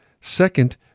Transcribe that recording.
Second